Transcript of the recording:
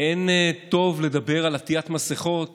אין טוב לדבר על עטיית המסכות